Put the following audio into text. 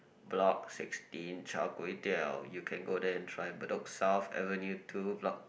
block sixteen Char-Kway-Teow you can go there and try Bedok South Avenue Two block